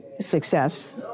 success